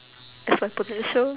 as my potential